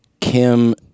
Kim